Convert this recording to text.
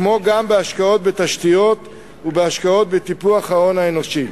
כמו גם בהשקעות בתשתיות ובהשקעות בטיפוח ההון האנושי.